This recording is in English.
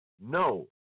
No